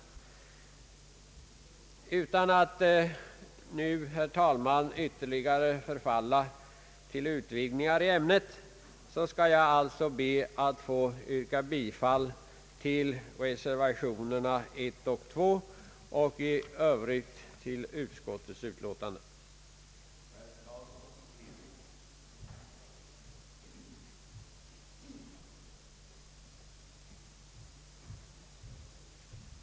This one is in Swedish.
Utan att nu, herr talman, ytterligare förfalla till utvikningar från ämnet skall jag alltså be att få yrka bifall till reservationen 1 vid p. A och 2 vid p. B och till utskottets utlåtande vid övriga punkter.